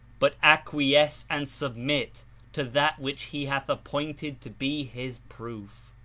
but acquiesce and submit to that which he hath appointed to be his proof.